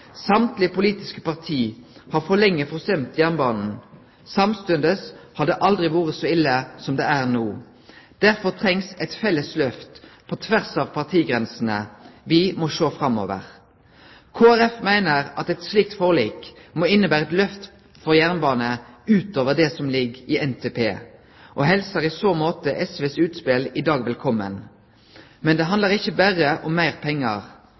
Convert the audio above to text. politiske parti har for lenge forsømt jernbanen. Samstundes har det aldri vore så ille som det er no. Derfor trengst det eit felles lyft på tvers av partigrensene. Vi må sjå framover. Kristeleg Folkeparti meiner at eit slikt forlik må innebere eit lyft for jernbanen utover det som ligg i NTP, og helsar i så måte SVs utspel i dag velkommen. Men det handlar ikkje berre om